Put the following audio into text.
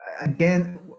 again